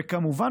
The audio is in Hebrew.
וכמובן,